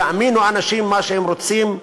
יאמינו אנשים במה שרוצים,